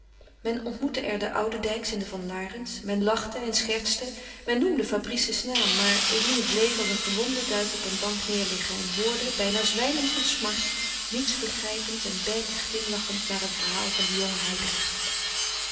men ontmoette er de oudendijks en de van larens men lachte en schertste men noemde fabrice's naam maar eline bleef als een gewonde duif op een bank neêrliggen en hoorde bijna zwijmend van smart niets begrijpend en bête glimlachend naar een verhaal van den jongen